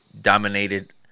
dominated